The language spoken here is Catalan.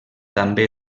també